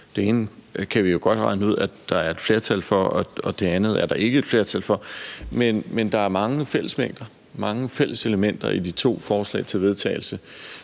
Det ene kan vi jo godt regne ud der er et flertal for, og det andet er der ikke et flertal for. Men der er mange fællesmængder, mange fælles elementer i de to forslag til vedtagelse.